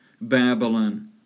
Babylon